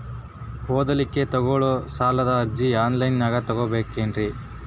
ಓದಲಿಕ್ಕೆ ತಗೊಳ್ಳೋ ಸಾಲದ ಅರ್ಜಿ ಆನ್ಲೈನ್ದಾಗ ತಗೊಬೇಕೇನ್ರಿ?